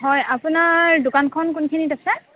হয় আপোনাৰ দোকানখন কোনখিনিত আছে